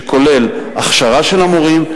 שכולל הכשרה של המורים,